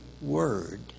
word